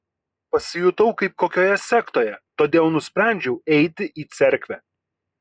pasijutau kaip kokioje sektoje todėl nusprendžiau eiti į cerkvę